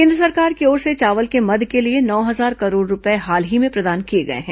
केन्द्र सरकार की ओर से चावल के मद के लिए नौ हजार करोड़ रूपये हाल ही में प्रदान किए गए हैं